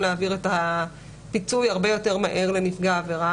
להעביר את הפיצוי הרבה יותר מהר לנפגע העבירה.